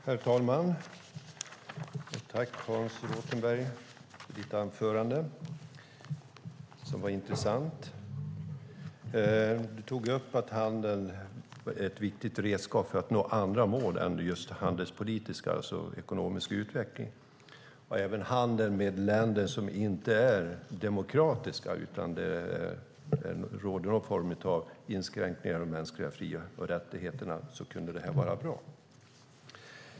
Herr talman! Jag tackar Hans Rothenberg för ett intressant anförande. Han tog upp att handeln är ett viktigt redskap för att nå andra mål än just handelspolitiska, alltså ekonomisk utveckling, och att handel även med länder som inte är demokratiska, där det råder någon form av inskränkning av de mänskliga fri och rättigheterna, kunde vara bra.